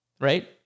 Right